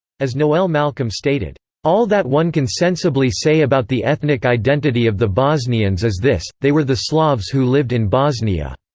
as noel malcolm stated all that one can sensibly say about the ethnic identity of the bosnians is this they were the slavs who lived in bosnia.